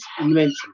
invention